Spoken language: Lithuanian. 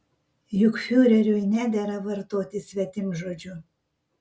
juk fiureriui nedera vartoti svetimžodžių